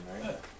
right